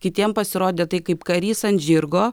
kitiems pasirodė tai kaip karys ant žirgo